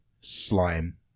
slime